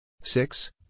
six